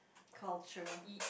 culture